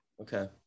Okay